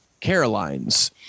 Caroline's